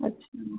अच्छा